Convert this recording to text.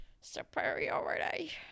Superiority